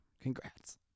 Congrats